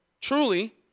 truly